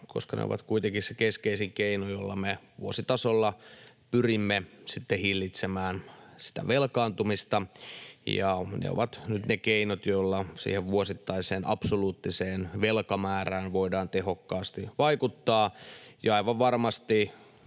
koska ne ovat kuitenkin se keskeisin keino, jolla me vuositasolla pyrimme sitten hillitsemään velkaantumista, ja ne ovat nyt ne keinot, joilla vuosittaiseen absoluuttiseen velkamäärään voidaan tehokkaasti vaikuttaa. Ja aivan varmasti